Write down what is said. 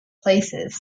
places